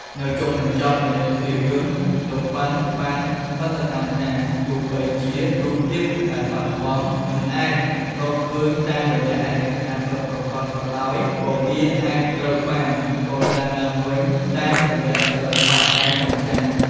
នៅចុងបញ្ចប់នៃភាពយន្ត លោក ប៉ាន់ បានសន្និដ្ឋានថា ទោះបីជា "រូបភាពដែលបាត់បង់" មិនអាចរកឃើញតាមរយៈឯកសារពិតប្រាកដក៏ដោយ ក៏វាអាចត្រូវបាន កសាងឡើងវិញតាមរយៈសិល្បៈ ការចងចាំ ។